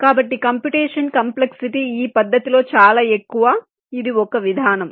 కాబట్టి computation complexity ఈ పద్ధతిలో చాలా ఎక్కువ ఇది ఒక విధానం